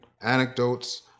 anecdotes